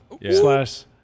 slash